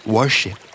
Worship